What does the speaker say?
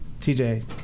TJ